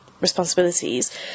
responsibilities